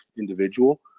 individual